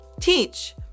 Teach